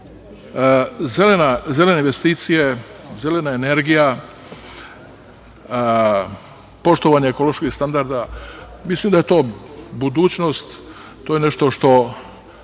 zelene investicije, zelena energija, poštovanje ekoloških standarda. Mislim da je to budućnost. To je nešto što